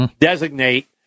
designate